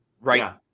right